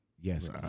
yes